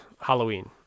Halloween